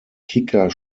kicker